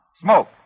Smoke